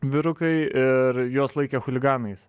vyrukai ir juos laikė chuliganais